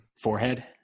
Forehead